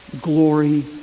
Glory